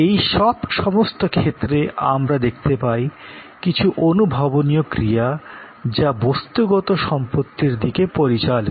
এই সমস্ত ক্ষেত্রে আমরা দেখতে পাই কিছু বাস্তব ক্রিয়া যা বস্তুগত সম্পত্তির দিকে পরিচালিত